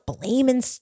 blaming